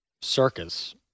circus